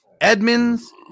Edmonds